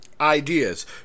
ideas